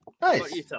Nice